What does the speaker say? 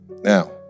Now